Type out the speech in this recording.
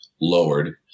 lowered